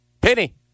Penny